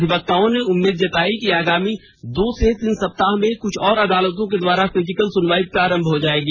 अधिवक्ताओं ने उम्मीद जतायी है कि आगामी दो से तीन स्पताह में कुछ और अदालतों के द्वारा फिजिकल सुनवाई प्रारंभ हो जाएगी